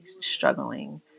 struggling